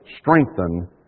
strengthen